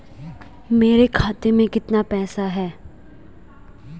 मेरे खाते में कितना पैसा है?